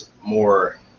more